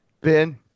Ben